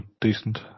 decent